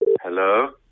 Hello